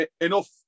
enough